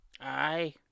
aye